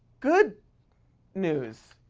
good news.